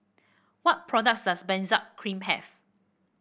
what products does Benzac Cream have